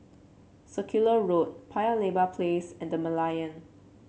Circular Road Paya Lebar Place and The Merlion